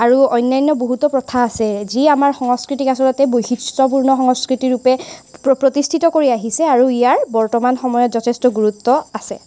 আৰু অন্যান্য বহুতো প্ৰথা আছে যিয়ে আমাৰ সংস্কৃতিক আচলতে বৈশিষ্ট্যপূৰ্ণ সংস্কৃতিৰূপে প্ৰতিষ্ঠিত কৰি আহিছে আৰু ইয়াৰ বৰ্তমান সময়ত যথেষ্ট গুৰুত্ব আছে